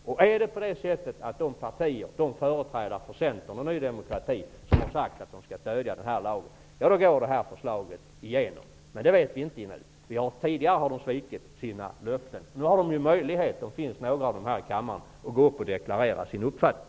Om de företrädare för Centern och Ny demokrati som säger att de stödjer förslaget röstar därefter, kommer det att gå igenom. Men det vet vi inte nu. De har tidigare svikit sina löften. Det finns några ledamöter här i kammaren, och de har möjlighet att gå upp i talarstolen och deklarera sin uppfattning.